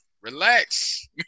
Relax